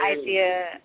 idea